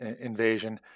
invasion